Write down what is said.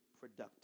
productive